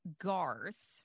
Garth